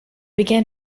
began